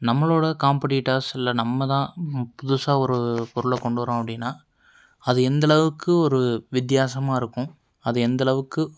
நம்மளோட காம்படிட்டர்ஸ் இல்லை நம்ம தான் புதுசாக ஒரு பொருளைக் கொண்டுவர்றோம் அப்படின்னா அது எந்த அளவுக்கு ஒரு வித்தியாசமாக இருக்கும் அது எந்த அளவுக்கு